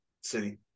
City